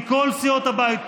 מכל סיעות הבית,